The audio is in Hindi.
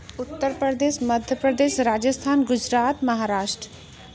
उतर प्रदेश मध्य प्रदेश राजस्थान गुजरात महाराष्ट्र